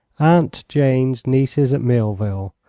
aunt jane's nieces at millville,